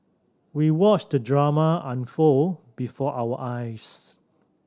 we watched the drama unfold before our eyes